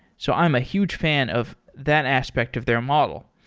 so i'm a huge fan of that aspect of their model.